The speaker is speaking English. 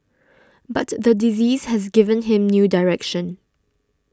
but the disease has given him new direction